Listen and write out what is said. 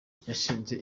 yashinze